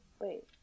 Wait